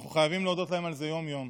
אנחנו חייבים להודות להם על זה יום-יום.